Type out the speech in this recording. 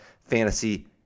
fantasy